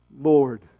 Lord